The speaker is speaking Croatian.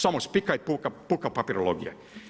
Samo spika i puka papirologija.